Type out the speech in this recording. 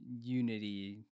unity